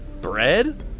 Bread